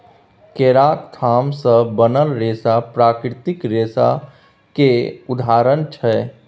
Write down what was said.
केराक थाम सँ बनल रेशा प्राकृतिक रेशा केर उदाहरण छै